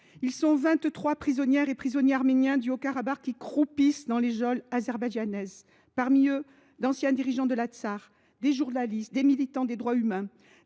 trois prisonnières et prisonniers arméniens du Haut Karabakh à croupir dans les geôles azerbaïdjanaises. Parmi eux figurent d’anciens dirigeants de l’Artsakh, des journalistes, des militants des droits humains,